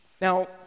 Now